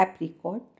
apricot